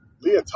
Leah